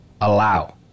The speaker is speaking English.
allow